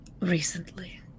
recently